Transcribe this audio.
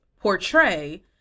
portray